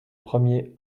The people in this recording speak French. premier